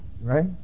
right